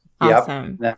Awesome